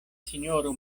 sinjoro